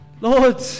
Lord